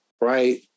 right